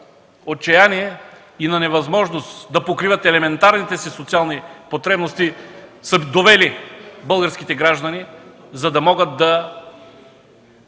отчаяние и на невъзможност да покриват елементарните си социални потребности са довели българските граждани, за да могат да